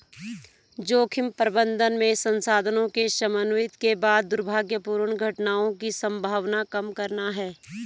जोखिम प्रबंधन में संसाधनों के समन्वित के बाद दुर्भाग्यपूर्ण घटनाओं की संभावना कम करना है